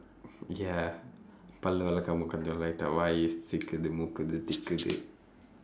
ya பல்லு விலக்காம உட்கார்ந்து வாயி சிக்குது முக்குது திக்குது:pallu vilakkaama utkaarndthu vaayi sikkuthu mukkuthu thikkuthu